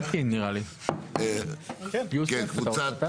כן, קבוצת